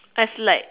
as like